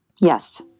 Yes